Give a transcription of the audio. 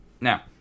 Now